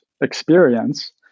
experience